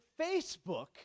Facebook